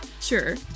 sure